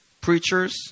preachers